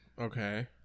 Okay